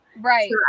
Right